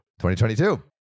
2022